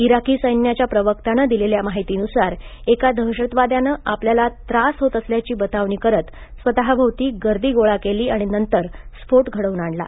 Iraqi सैन्याच्या प्रवक्त्याने दिलेल्या माहितीनुसार एका दहशतवाद्याने आपल्याला त्रास होत असल्याची बतावणी करत स्वतभोवती गर्दी गोळा केली आणि नंतर स्फोट घडवून आणला